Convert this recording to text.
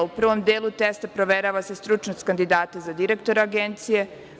U prvom delu testa proverava se stručnost kandidata za direktora Agencije.